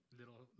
little